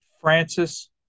Francis